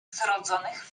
zrodzonych